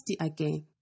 again